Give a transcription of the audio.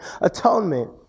atonement